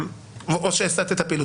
או שהסטת את הפעילות.